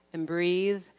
and breathe,